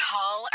Call